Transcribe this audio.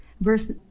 Verse